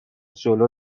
جلو